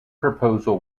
proposal